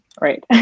right